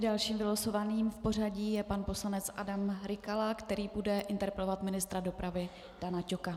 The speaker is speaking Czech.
Dalším vylosovaným v pořadí je pan poslanec Adam Rykala, který bude interpelovat ministra dopravy Dana Ťoka.